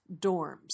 dorms